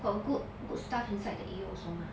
got good good stuff inside the egg yolk also mah